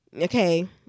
Okay